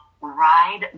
ride